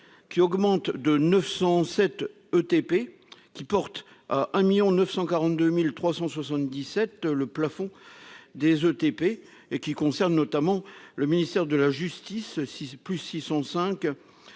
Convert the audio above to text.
augmentent de 907 ETP, ce qui porte à 1 942 377 le plafond des ETP. Cette augmentation concerne notamment le ministère de la justice- plus 605